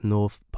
North